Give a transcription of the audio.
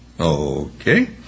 Okay